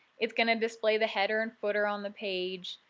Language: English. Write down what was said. it's going to display the header and footer on the page,